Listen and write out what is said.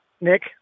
Nick